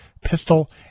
pistol